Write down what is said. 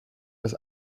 das